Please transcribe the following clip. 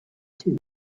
too